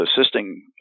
assisting